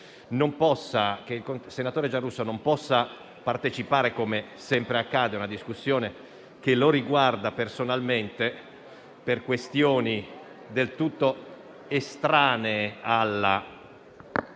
Che il senatore Giarrusso non possa partecipare, come sempre accade, a una discussione che lo riguarda personalmente per questioni del tutto estranee alla